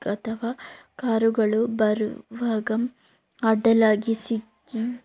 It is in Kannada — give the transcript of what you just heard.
ಅಥವಾ ಕಾರುಗಳು ಬರುವಾಗ ಅಡ್ಡಲಾಗಿ ಸಿಕ್ಕಿ